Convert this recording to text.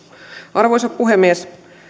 arvoisa puhemies